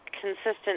consistent